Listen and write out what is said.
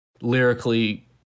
lyrically